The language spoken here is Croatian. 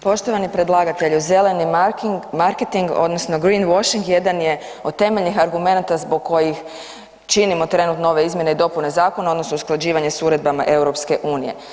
Poštovani predlagatelju, Zeleni marketing, odnosno Greenwashing jedan je od temeljnih argumenata zbog kojih činimo trenutno ove izmjene i dopune zakona odnosno usklađivanje s uredbama EU.